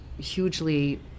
hugely